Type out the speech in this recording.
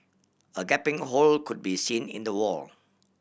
a gaping hole could be seen in the wall